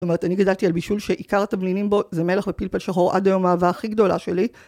זאת אומרת אני גדלתי על בישול שעיקר התבלינים בו זה מלח ופלפל שחור עד היום האהבה הכי גדולה שלי